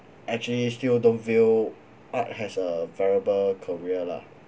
actually still don't view art as a viable career lah